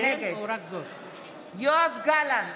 נגד יואב גלנט,